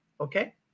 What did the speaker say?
okay